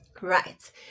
Right